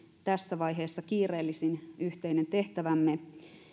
tässä vaiheessa kiireellisin yhteinen tehtävämme